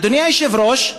אדוני היושב-ראש,